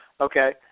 Okay